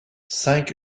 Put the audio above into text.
cinq